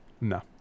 No